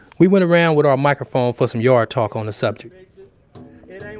we went around with our microphone for some yard talk on the subject it ain't